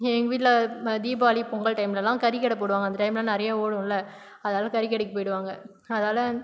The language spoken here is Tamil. எங்க வீட்டில் ப தீபாவளி பொங்கல் டைம்லலாம் கறிக்கடை போடுவாங்க அந்த டைமில் நிறைய ஓடும்ல அதால கறிக்கடைக்கு போய்விடுவாங்க அதால